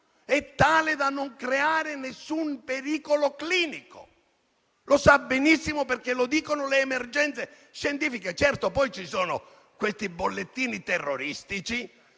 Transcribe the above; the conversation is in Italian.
è tale da non creare nessun pericolo clinico; lo sa benissimo perché lo dicono le emergenze scientifiche. Certo, poi ci sono i bollettini terroristici,